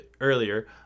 earlier